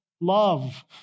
Love